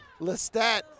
Lestat